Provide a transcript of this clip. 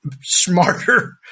smarter